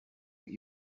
that